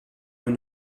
nous